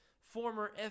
former